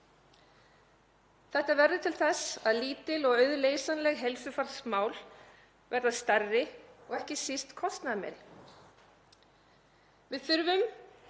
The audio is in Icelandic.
Þetta verður til þess að lítil og auðleysanleg heilsufarsmál verða stærri og ekki síst kostnaðarmeiri. Við þurfum